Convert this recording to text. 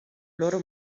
loro